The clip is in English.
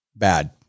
bad